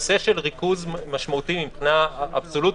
הנושא של ריכוז משמעותי מבחינה אבסולוטית,